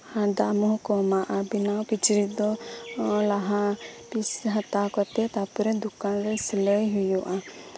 ᱫᱟᱢ ᱦᱚᱸ ᱠᱚᱢᱟ ᱟᱨ ᱵᱮᱱᱟᱣ ᱠᱤᱪᱨᱤᱪ ᱫᱚ ᱞᱟᱦᱟ ᱠᱟᱛᱮᱜ ᱛᱟᱨᱯᱚᱨᱮ ᱫᱳᱠᱟᱱᱨᱮ ᱥᱤᱞᱟᱭ ᱦᱩᱭᱩᱜᱼᱟ